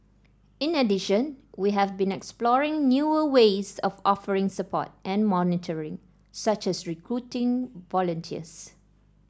in addition we have been exploring newer ways of offering support and monitoring such as recruiting volunteers